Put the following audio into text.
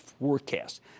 forecast